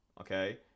okay